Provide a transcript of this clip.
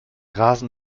rasen